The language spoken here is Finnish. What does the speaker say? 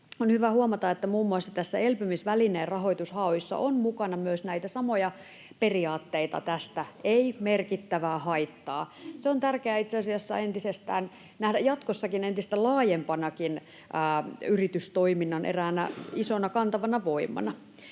On hyvä huomata, että muun muassa elpymisvälineen rahoitushauissa on mukana myös näitä samoja periaatteita tästä: ei merkittävää haittaa. On tärkeää nähdä se itse asiassa jatkossakin eräänä entistä laajempana yritystoiminnan isona kantavana voimana.